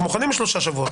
אנחנו מוכנים שלושה שבועות.